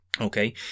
okay